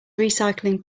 recycling